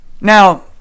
Now